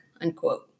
unquote